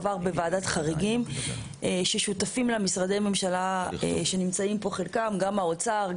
עבר בוועדת חריגים ששותפים לה משרדי ממשלה שנמצאים כאן חלקם: האוצר,